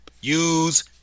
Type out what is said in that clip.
use